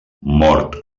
mort